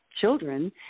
children